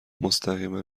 مستقیما